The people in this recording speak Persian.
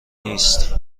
نیست